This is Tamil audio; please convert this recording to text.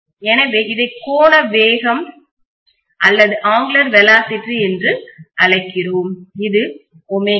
எனவே இதை கோண வேகம் ஆங்குளர் வெல்லாசிட்டி என்று அழைக்கிறோம் இது ஒமேகா